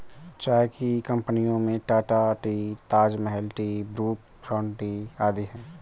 चाय की कंपनियों में Tata tea, Taj Mahal tea, Brooke Bond tea आदि है